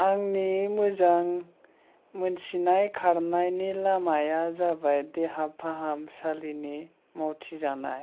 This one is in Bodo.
आंनि मोजां मोनथिनाय खारनायनि लामाया जाबाय देहा फाहामसालिनि मावथि जानाय